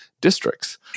districts